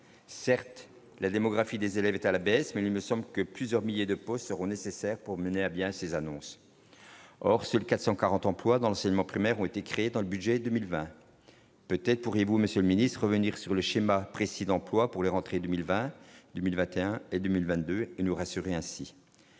certes la démographie des élèves à la baisse, mais nous ne sommes que plusieurs milliers de postes seront nécessaires pour mener à bien ces annonces, or c'est le 440 emplois dans l'enseignement primaire ont été créés dans le budget 2020, peut-être pourriez-vous, Monsieur le Ministre, revenir sur le schéma précis d'emplois pour la rentrée 2020, 2021 et 2000 22 et nous rassurer ainsi